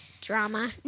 drama